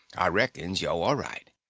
ah reckons yo' are right.